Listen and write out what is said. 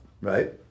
right